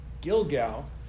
Gilgal